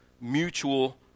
mutual